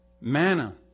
Manna